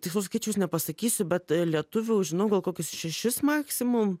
tikslaus skaičius nepasakysiu bet lietuvių žinau gal kokius šešis maksimum